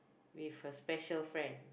with her special friend